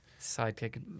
sidekick